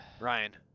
Ryan